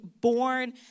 born